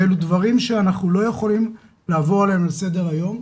ואלה דברים שאנחנו לא יכולים לעבור עליהם לסדר היום.